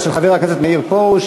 של חבר הכנסת מאיר פרוש.